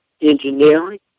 engineering